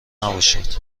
نباشد